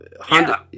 Honda